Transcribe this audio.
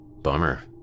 Bummer